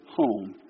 home